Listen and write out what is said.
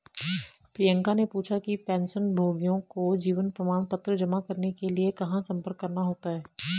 प्रियंका ने पूछा कि पेंशनभोगियों को जीवन प्रमाण पत्र जमा करने के लिए कहाँ संपर्क करना होता है?